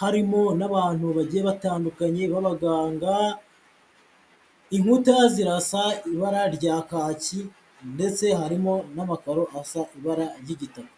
harimo n'abantu bagiye batandukanye b'abaganga, inkuta zirasa ibara rya kaki ndetse harimo n'amakaro asa ibara ry'igitabo.